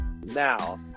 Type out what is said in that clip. now